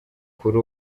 kuri